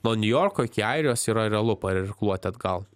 nuo niujorko iki airijos yra realu irkluoti atgal